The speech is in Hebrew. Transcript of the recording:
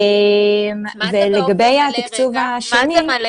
מה זה באופן מלא?